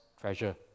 treasure